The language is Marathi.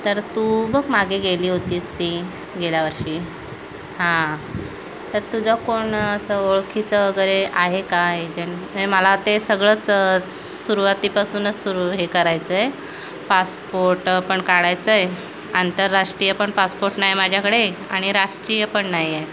तर तू बघ मागे गेली होतीस ती गेल्या वर्षी हां तर तुझं कोण असं ओळखीचं वगैरे आहे का एजंट हे मला ते सगळंच सुरवातीपासूनच सुरू हे करायचं आहे पासपोट पण काढायचं आहे आंतरराष्ट्रीय पण पासपोट नाही आहे माझ्याकडे आणि राष्ट्रीय पण नाही आहे